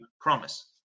promise